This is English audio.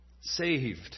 Saved